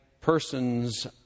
persons